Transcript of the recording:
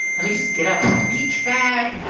let me just get out my beach bag.